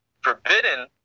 forbidden